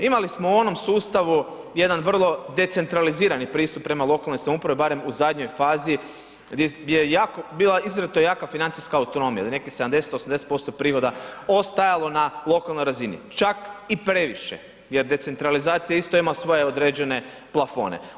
Imali smo u onom sustavu jedan vrlo decentralizirani pristup prema lokalnoj samoupravi, barem u zadnjoj fazi gdje je jaka bila, izrazito jaka financijska autonomija do nekih 70, 80% prihoda ostajalo na lokalnoj razini, čak i previše, jer decentralizacija isto ima svoje određen plafone.